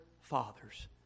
fathers